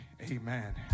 Amen